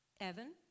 Evan